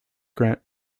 grant